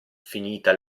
finita